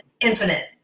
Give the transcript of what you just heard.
infinite